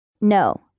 No